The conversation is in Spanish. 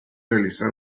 realizar